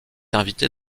invitée